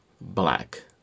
black